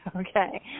Okay